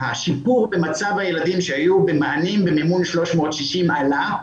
השיפור במצב הילדים שהיו במענים במימון 360 עלה,